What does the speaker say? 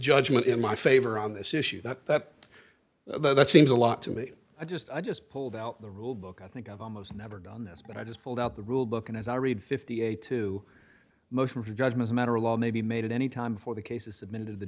judgment in my favor on this issue that that that seems a lot to me i just i just pulled out the rule book i think i've almost never done this but i just pulled out the rule book and as i read fifty eight to most of your judgment matter a lot may be made at any time for the cases admitted the